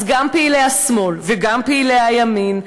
אז גם פעילי השמאל וגם פעילי הימין,